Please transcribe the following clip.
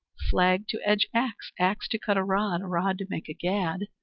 flag to edge axe, axe to cut a rod, a rod to make a gad,